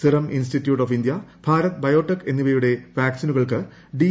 serum institute of India Bharat biotech എന്നിവയുടെ വാക്സിനുകൾക്ക് D